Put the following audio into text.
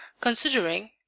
considering